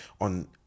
on